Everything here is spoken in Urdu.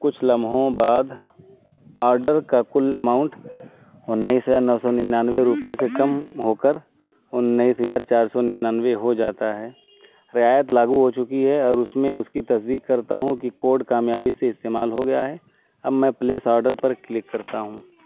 کچھ لمحوں بعد آڈر کا کل اماؤنٹ انیس ہزار نو سو ننانوے روپے سے کم ہو کر انیس ہزار چار سو ننانوے ہو جاتا ہے رعایت لاگو ہو چکی ہے اور اس میں اس کی تصدیق کرتا ہوں کہ کوڈ کامیابی سے استعمال ہو گیا ہے اب میں پلیس آڈر پر کلک کرتا ہوں